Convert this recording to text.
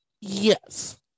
Yes